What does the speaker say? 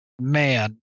man